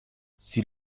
sie